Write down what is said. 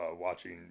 Watching